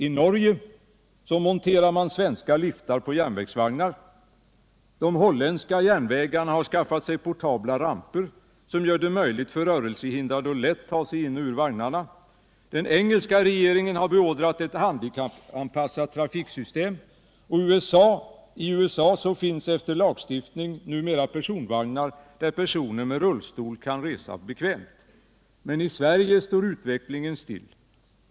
I Norge monterar man svenska liftar på järnvägsvagnar. De holländska järnvägarna har skaffat sig portabla ramper som gör det möjligt för rörelsehindrade att lätt ta sig i och ur vagnarna. Den engelska regeringen har beordrat ett handikappanpassat trafiksystem, och i USA finns efter lagstiftning numera personvagnar där personer med rullstolar kan resa bekvämt. Men i Sverige står utvecklingen stilla.